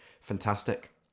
Fantastic